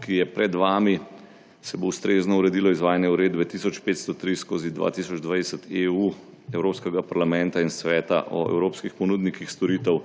ki je pred vami, se bo ustrezno uredilo izvajanje uredbe 1503/2020 (EU) Evropskega parlamenta in Sveta o evropskih ponudnikih storitev